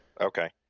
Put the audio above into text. Okay